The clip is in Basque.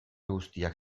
guztiak